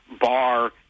bar